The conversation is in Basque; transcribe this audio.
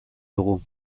dugu